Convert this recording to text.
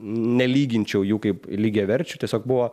nelyginčiau jų kaip lygiaverčių tiesiog buvo